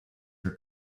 for